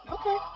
Okay